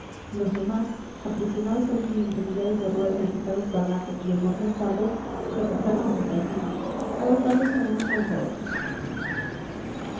los demás aprisionados al fin entre millares de ruedas de pesados bagajes y enormes fardos se atascaron en el camino agolpándose unos contra otros